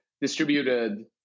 distributed